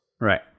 right